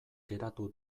geratu